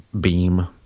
beam